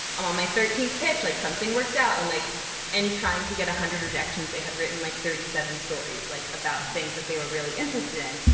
um on my thirteenth pitch, like something worked out. and like and trying to get one hundred rejections, they had written, like, thirty seven stories like about things that they were really interested in.